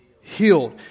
healed